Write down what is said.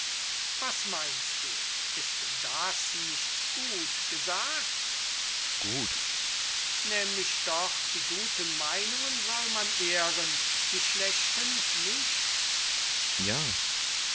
was meinst du ist das nicht gut gesagt kriton gut sokrates nämlich doch die guten meinungen soll man ehren die schlechten nicht kriton ja